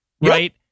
right